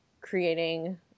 creating